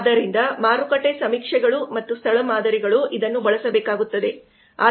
ಆದ್ದರಿಂದ ಮಾರುಕಟ್ಟೆ ಸಮೀಕ್ಷೆಗಳು ಮತ್ತು ಸ್ಥಳ ಮಾದರಿಗಳು ಇದನ್ನು ಬಳಸಬೇಕಾಗುತ್ತದೆ